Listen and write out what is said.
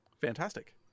Fantastic